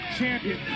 champion